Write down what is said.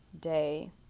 day